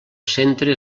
centre